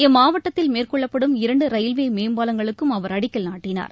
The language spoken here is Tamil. இம்மாவட்டத்தில் மேற்கொள்ளப்படும் இரண்டு ரயில்வே மேம்பாலங்களுக்கும் அவர் அடிக்கல் நாட்டினார்